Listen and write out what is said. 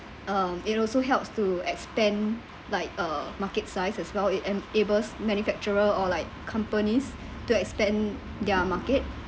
um it also helps to expand like uh market size as well it enables manufacturer or like companies to expand their market